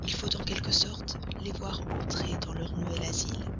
il faut en quelque sorte les voir entrer dans leur nouvel asile